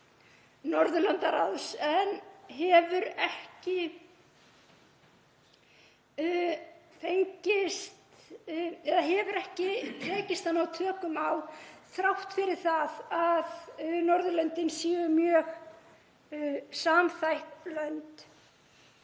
Norðurlandaráðs en hefur ekki tekist að ná tökum á þrátt fyrir að Norðurlöndin séu mjög samþætt lönd